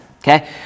Okay